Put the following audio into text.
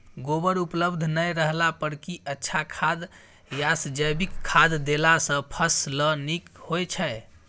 गोबर उपलब्ध नय रहला पर की अच्छा खाद याषजैविक खाद देला सॅ फस ल नीक होय छै?